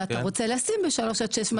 אתה רוצה לשים בשלוש עד שש,